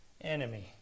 enemy